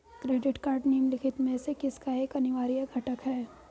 Credit card निम्नलिखित में से किसका एक अनिवार्य घटक है?